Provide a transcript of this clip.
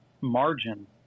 margin